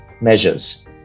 measures